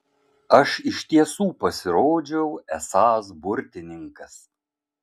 aš iš tiesų pasirodžiau esąs burtininkas